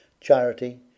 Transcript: charity